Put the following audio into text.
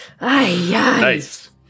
Nice